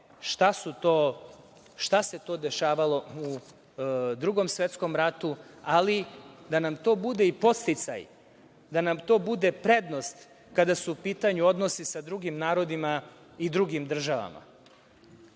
šta se to dešavalo u Drugom svetskom ratu, ali da nam to bude podsticaj, da nam to bude prednost kada su u pitanju odnosi sa drugim narodima i drugim državama. Ovde